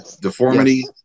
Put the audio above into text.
deformity